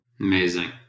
Amazing